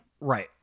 right